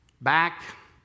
Back